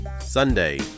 Sunday